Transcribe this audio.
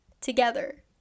together